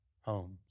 homes